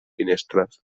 finestres